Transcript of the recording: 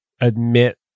admit